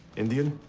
indian?